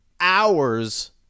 hours